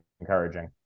encouraging